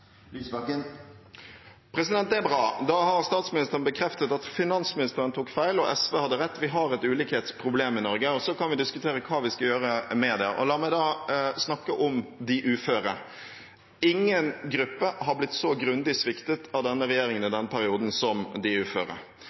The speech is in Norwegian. Det er bra. Da har statsministeren bekreftet at finansministeren tok feil, og at SV hadde rett. Vi har et ulikhetsproblem i Norge, og så kan vi diskutere hva vi skal gjøre med det. La meg da snakke om de uføre. Ingen gruppe har blitt så grundig sviktet av denne regjeringen i denne perioden som de uføre.